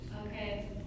Okay